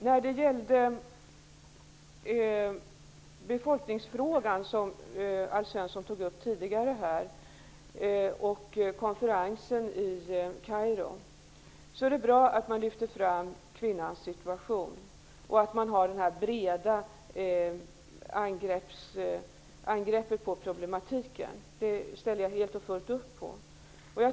Alf Svensson berörde tidigare befolkningsfrågan och konferensen i Kairo. Det är bra att man lyfter fram kvinnans situation och att man på bred front angriper problematiken. Det ställer jag helt och fullt upp på.